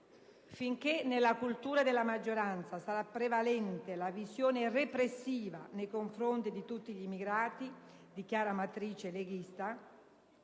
Finché nella cultura della maggioranza sarà prevalente la visione repressiva nei confronti di tutti gli immigrati, di chiara matrice leghista,